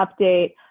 update